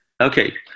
okay